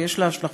ויש לה השלכות